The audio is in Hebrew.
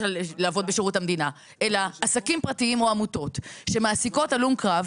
על שירות המדינה - שמעסיקות הלום קרב,